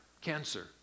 cancer